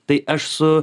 tai aš su